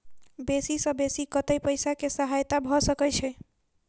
बेसी सऽ बेसी कतै पैसा केँ सहायता भऽ सकय छै?